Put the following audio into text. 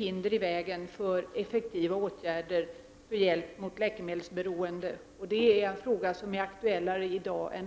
Myndigheterna har försäkrat oss att arbetet inte bara är inriktat på en halvering av volymen